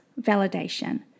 validation